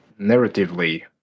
narratively